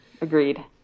Agreed